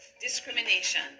discrimination